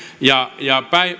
ja ja